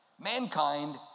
Mankind